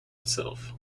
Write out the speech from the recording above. itself